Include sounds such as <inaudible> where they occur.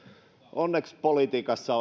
onneksi politiikassa <unintelligible>